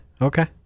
okay